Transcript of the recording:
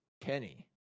Kenny